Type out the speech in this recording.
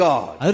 God